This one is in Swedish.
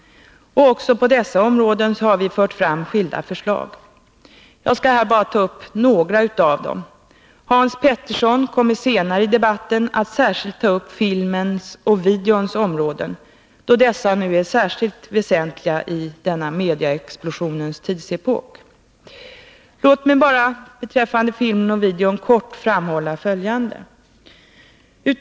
Också på dessa områden har vi fört fram skilda förslag. Jag skall här bara ta upp några av dessa. Hans Petersson i Hallstahammar kommer senare i debatten att särskilt ta upp filmens och videons områden, då dessa nu är särskilt väsentliga i denna medieexplosionens tidsepok. Låt mig bara beträffande filmen och videon kort framhålla följande.